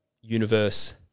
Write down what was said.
universe